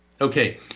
Okay